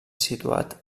situat